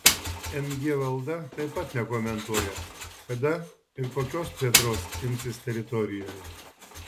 mg valda taip pat nekomentuoja kada ir kokios plėtros imsis teritorijoje